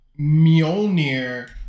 Mjolnir